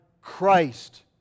Christ